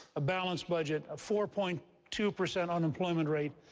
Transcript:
a balanced budget, a four point two percent unemployment rate,